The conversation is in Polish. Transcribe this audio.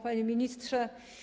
Panie Ministrze!